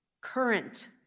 current